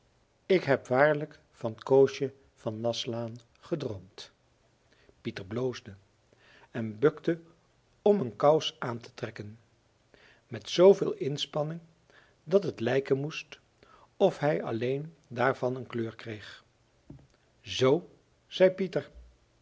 ik heb waarlijk van koosje van naslaan gedroomd pieter bloosde en bukte om een kous aan te trekken met zooveel inspanning dat het lijken moest of hij alleen daarvan een kleur kreeg zoo zei pieter